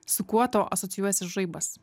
su kuo tau asocijuojasi žaibas